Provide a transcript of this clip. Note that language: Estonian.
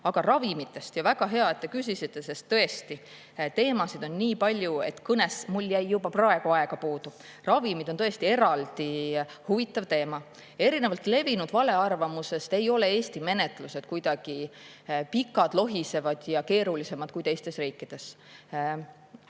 Aga ravimitest. Väga hea, et te küsisite, sest tõesti, teemasid on nii palju, et mul jäi juba praegu kõnes aega puudu. Ravimid on tõesti eraldi huvitav teema. Erinevalt levinud valearvamusest ei ole Eesti menetlused kuidagi pikad, lohisevad ja keerulisemad kui teistes riikides.